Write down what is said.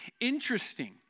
interesting